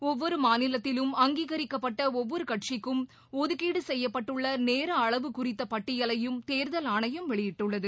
ஒவ்வொரு மாநிலத்திலும் அங்கீகரிக்கப்பட்ட ஒவ்வொரு கட்சிக்கும் ஒதுக்கீடு செய்யப்பட்டுள்ள நேர அளவு குறித்த பட்டியலையும் தேர்தல் ஆணையம் வெளியிட்டுள்ளது